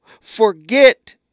Forget